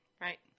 Right